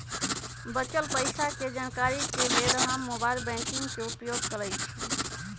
बच्चल पइसा के जानकारी के लेल हम मोबाइल बैंकिंग के उपयोग करइछि